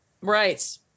Right